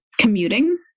commuting